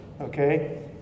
okay